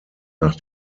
nach